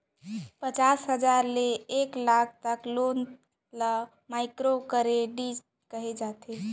पचास हजार ले एक लाख तक लोन ल माइक्रो करेडिट कहे जाथे